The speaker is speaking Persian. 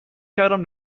کردم